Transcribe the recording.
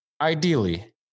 ideally